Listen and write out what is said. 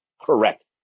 Correct